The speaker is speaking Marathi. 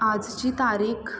आजची तारीख